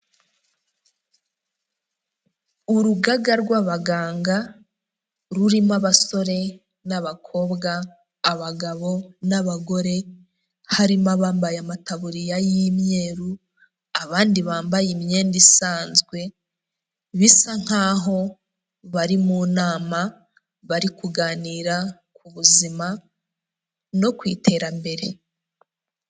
Urugaga rw'abaganga, rurimo abasore n'abakobwa, abagabo n'abagore, harimo abambaye amataburiya y'imyeru, abandi bambaye imyenda isanzwe, bisa nk'aho bari mu nama bari kuganira ku buzima no ku iterambere.